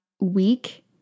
week